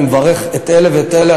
אני מברך את אלה ואת אלה.